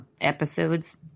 episodes